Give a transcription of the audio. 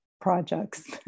projects